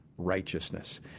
righteousness